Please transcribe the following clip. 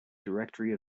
directory